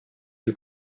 you